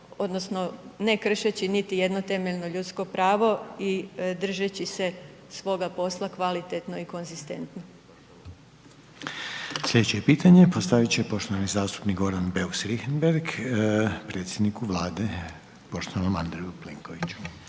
odnosno ne kršeći niti jedno temeljno ljudsko pravo i držeći se svoga posla kvalitetno i konzistentno. **Reiner, Željko (HDZ)** Slijedeće pitanje postavit će poštovani zastupnik Goran Beus Richembergh predsjedniku Vlade poštovanom A. Plenkoviću.